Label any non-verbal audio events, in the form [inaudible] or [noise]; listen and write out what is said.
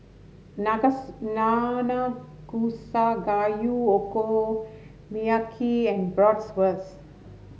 [unintelligible] Nanakusa Gayu Okonomiyaki and Bratwurst